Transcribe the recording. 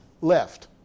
left